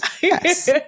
yes